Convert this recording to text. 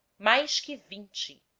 mais que vinte,